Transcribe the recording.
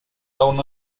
down